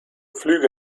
flüge